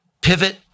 pivot